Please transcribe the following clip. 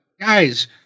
guys